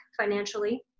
financially